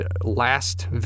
last